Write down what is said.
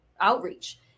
outreach